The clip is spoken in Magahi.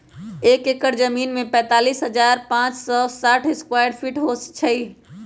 एक एकड़ जमीन में तैंतालीस हजार पांच सौ साठ स्क्वायर फीट होई छई